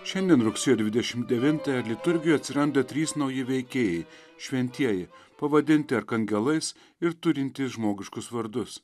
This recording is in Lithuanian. šiandien rugsėjo dvidešim devintąją liturgijoj atsiranda trys nauji veikėjai šventieji pavadinti arkangelais ir turintys žmogiškus vardus